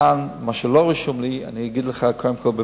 כאן, מה שלא רשום לי, אני אגיד לך בפשטות: